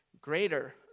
greater